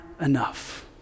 enough